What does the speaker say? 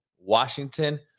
Washington –